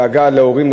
דאגה להורים,